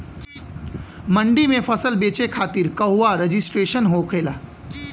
मंडी में फसल बेचे खातिर कहवा रजिस्ट्रेशन होखेला?